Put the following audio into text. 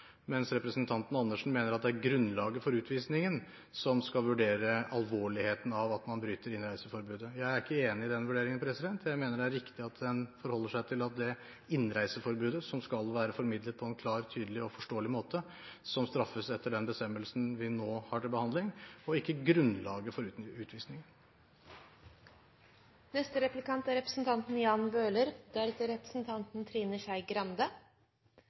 mens representanten Andersen mener at det er grunnlaget for utvisningen som skal vurdere alvorligheten av at man bryter innreiseforbudet. Jeg er ikke enig i den vurderingen. Jeg mener det er riktig at en forholder seg til at det er brudd på innreiseforbudet – som skal være formidlet på en klar, tydelig og forståelig måte – som straffes etter den bestemmelsen vi nå har til behandling, og ikke grunnlaget for